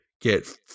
get